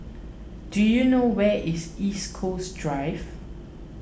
do you know where is East Coast Drive